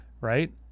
Right